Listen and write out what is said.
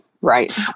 right